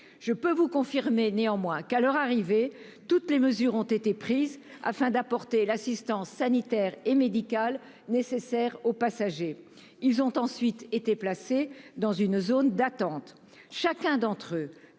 Je vous confirme néanmoins que, à leur arrivée, toutes les mesures ont été prises afin d'apporter l'assistance sanitaire et médicale nécessaire aux passagers. Ceux-ci ont ensuite été placés dans une zone d'attente. Chacun d'entre eux